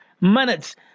minutes